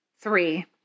Three